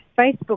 Facebook